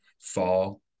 fall